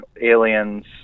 aliens